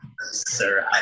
Sir